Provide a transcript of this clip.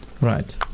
right